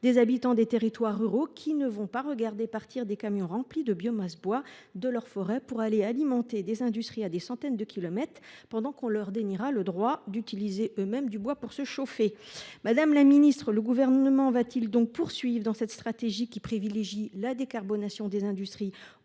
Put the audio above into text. des habitants des territoires ruraux qui supporteront mal de voir des camions remplis de bois issu de leurs forêts partir alimenter des industries à des centaines de kilomètres, pendant que leur sera dénié le droit d’utiliser eux mêmes la biomasse pour se chauffer. Madame la ministre, le Gouvernement va t il donc persister dans cette stratégie qui privilégie la décarbonation des industries